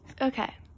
okay